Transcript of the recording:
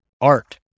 art